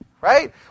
Right